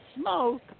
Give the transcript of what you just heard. smoke